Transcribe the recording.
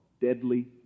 deadly